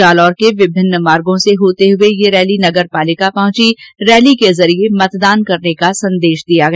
जालौर के विभिन्न मार्गों से होते हुए यह रैली नगरपालिका पहुंची रैली के जरिए मतदान करने का संदेश दिया गया